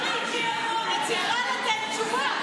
היא צריכה לתת תשובה,